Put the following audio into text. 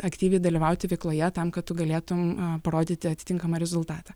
aktyviai dalyvauti veikloje tam kad tu galėtum parodyti atitinkamą rezultatą